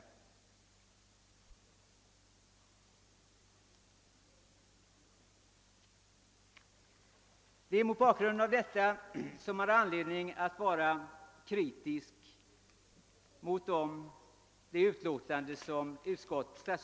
Det är mot bakgrunden av detta som man har anledning vara kritisk mot statsutskottets behandling av de avlämnade motionerna.